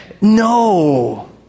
No